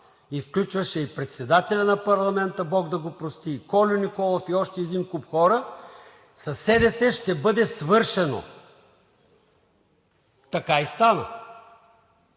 и включваше и председателя на парламента, Бог да го прости, и Кольо Николов, и още един куп хора, със СДС ще бъде свършено. Така и стана.